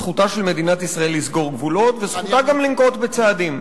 זכותה של מדינת ישראל לסגור גבולות וזכותה גם לנקוט צעדים.